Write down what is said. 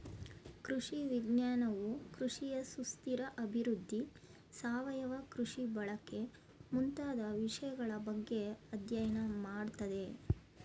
ಕೃಷಿ ವಿಜ್ಞಾನವು ಕೃಷಿಯ ಸುಸ್ಥಿರ ಅಭಿವೃದ್ಧಿ, ಸಾವಯವ ಕೃಷಿ ಬಳಕೆ ಮುಂತಾದ ವಿಷಯಗಳ ಬಗ್ಗೆ ಅಧ್ಯಯನ ಮಾಡತ್ತದೆ